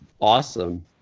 awesome